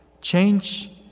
Change